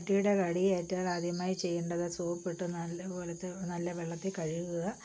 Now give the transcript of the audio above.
പട്ടിയുടെ കടിയേറ്റാലാദ്യമായി ചെയ്യേണ്ടത് സോപ്പിട്ട് നല്ലപോലത്തെ നല്ല വെള്ളത്തിൽ കഴുകുക